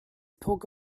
poke